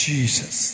Jesus